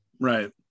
Right